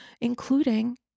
including